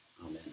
Amen